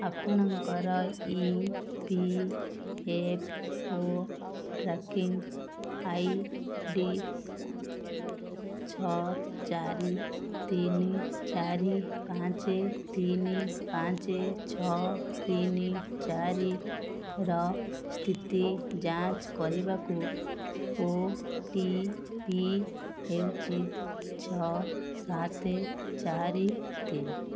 ଆପଣଙ୍କର E P F O tracking I D ଛଅ ଚାରି ତିନି ଚାରି ପାଞ୍ଚ ତିନି ପାଞ୍ଚ ଛଅ ତିନି ଚାରିର ସ୍ଥିତି ଯାଞ୍ଚ କରିବାକୁ ଓ ଟି ପି ହେଉଛି ଛଅ ସାତ ଚାରି ତିନି